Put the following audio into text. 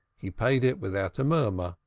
he paid it without a murmur,